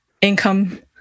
income